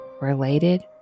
related